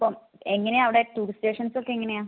അപ്പോൾ എങ്ങനെയാ അവിടെ ടൂറിസ്റ്റ് സ്റ്റേഷൻസ്സ് ഒക്കെ എങ്ങനെയാ